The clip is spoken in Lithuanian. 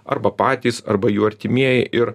arba patys arba jų artimieji ir